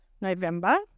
November